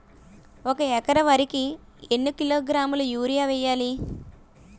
ఒక ఎకర వరి కు ఎన్ని కిలోగ్రాముల యూరియా వెయ్యాలి?